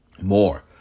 more